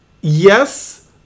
Yes